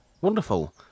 wonderful